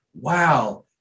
wow